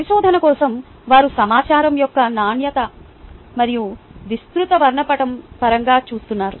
పరిశోధన కోసం వారు సమాచారం యొక్క నాణ్యత మరియు విస్తృత వర్ణపటం పరంగా చూస్తున్నారు